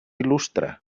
il·lustre